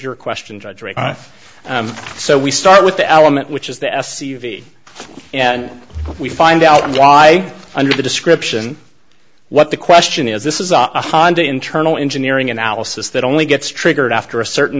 your question drudgery so we start with the element which is the s u v and we find out why under the description what the question is this is a one hundred internal engineering analysis that only gets triggered after a certain